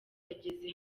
yageze